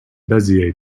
bezier